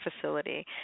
facility